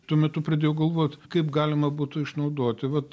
tuo metu pradėjau galvot kaip galima būtų išnaudoti vat